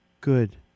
Good